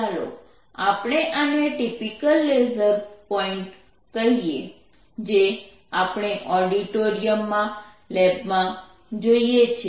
ચાલો આપણે આને ટિપિકલ લેસર પોઇન્ટ કહીએ જે આપણે ઓડિટોરિયમ માં લેબમાં જોઈએ છે